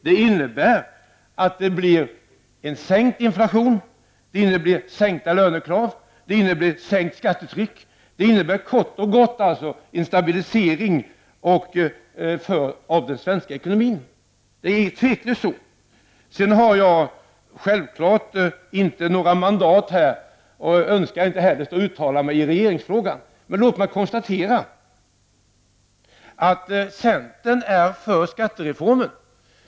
Det innebär en sänkt inflation, sänkta lönekrav och ett sänkt skattetryck. Det innebär kort och gott en stabilisering av den svenska ekonomin. Det är tveklöst så. Självklart har jag inte något mandat och önskar inte heller att uttala mig i regeringsfrågan. Men låt mig konstatera att centern är för skattereformen.